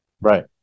Right